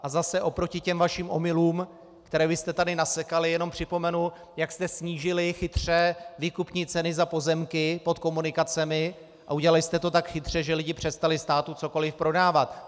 A zase oproti těm vašim omylům, které jste tady nasekali, jenom připomenu, jak jste chytře snížili výkupní ceny za pozemky pod komunikacemi, a udělali jste to tak chytře, že lidi přestali státu cokoliv prodávat.